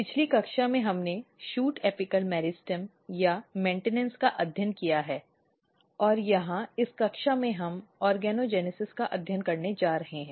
पिछली कक्षा में हमने शूट एपिकल मेरिस्टेम या मेन्टनेन्स् का अध्ययन किया है और यहां इस कक्षा में हम ऑर्गेनोजेनेसिस का अध्ययन करने जा रहे हैं